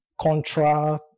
contra